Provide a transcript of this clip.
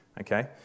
Okay